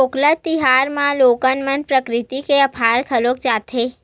पोंगल तिहार म लोगन मन प्रकरिति के अभार घलोक जताथे